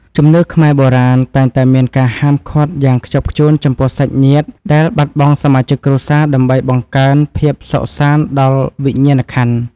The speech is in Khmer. ជំនឿខ្មែរបុរាណតែងតែមានការហាមឃាត់យ៉ាងខ្ជាប់ខ្ជួនចំពោះសាច់ញាតិដែលបាត់បង់សមាជិកគ្រួសារដើម្បីបង្កើនភាពសុខសាន្តដល់វិញ្ញាណក្ខន្ធ។